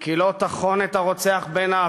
כי לא תחון את הרוצח בן-העוולה.